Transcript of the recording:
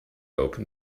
open